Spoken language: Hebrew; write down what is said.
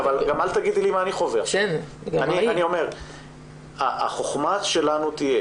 החכמה שלנו תהיה